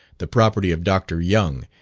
the property of dr. young,